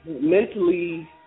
Mentally